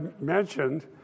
mentioned